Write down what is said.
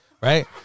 Right